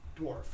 dwarf